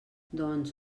doncs